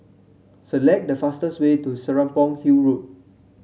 select the fastest way to Serapong Hill Road